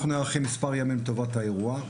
אנחנו נערכים במשך מספר ימים לטובת האירוע,